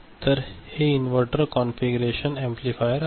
तर हे inverter configuration amplifier आहे